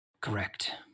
Correct